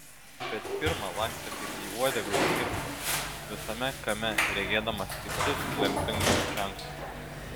bet skirma lakstė kaip į uodegą įkirptas visame kame regėdamas keistus lemtingus ženklus